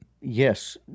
yes